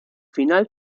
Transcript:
final